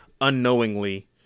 unknowingly